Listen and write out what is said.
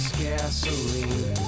gasoline